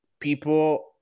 people